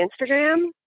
Instagram